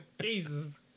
jesus